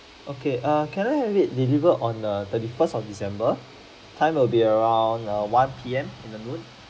okay err can I have it delivered on the thirty first of december time will be around err one P_M in the noon